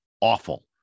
awful